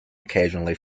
occasionally